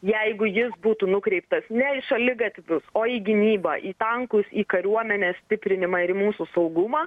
jeigu jis būtų nukreiptas ne į šaligatvius o į gynybą į tankus į kariuomenės stiprinimą ir mūsų saugumą